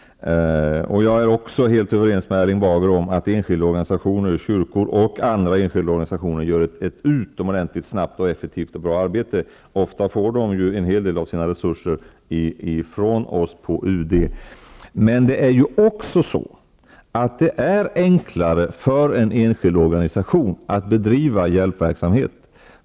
Jag är också helt överens med Erling Bager om att kyrkor och andra enskilda organisationer gör ett utomordentligt snabbt, effektivt och bra arbete. Ofta får de en hel del av sina resurser från oss på UD. Men det är ju också så att det är enklare för en enskild organisation att be driva hjälpverksamhet.